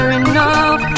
enough